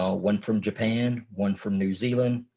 ah one from japan, one from new zealand.